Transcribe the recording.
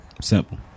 Simple